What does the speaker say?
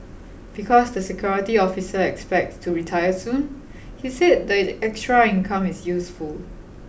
because the security officer expects to retire soon he said the extra income is useful